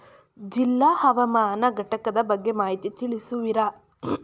ಜಿಲ್ಲಾ ಹವಾಮಾನ ಘಟಕದ ಬಗ್ಗೆ ಮಾಹಿತಿ ತಿಳಿಸುವಿರಾ?